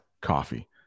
coffee